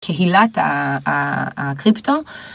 קהילת הקריפטו.